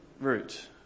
route